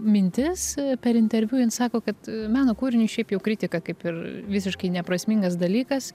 mintis per interviu jin sako kad meno kūriniui šiaip jau kritika kaip ir visiškai neprasmingas dalykas